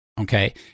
okay